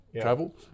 travel